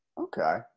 Okay